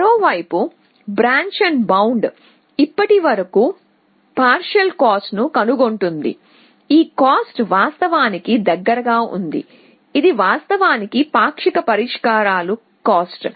మరోవైపు బ్రాంచ్బౌండ్ ఇప్పటివరకు partial cost ను కనుగొంటుంది ఈ కాస్ట్ వాస్తవానికి దగ్గరగా ఉంది ఇది వాస్తవానికి పాక్షిక పరిష్కారాల కాస్ట్